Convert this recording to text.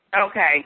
okay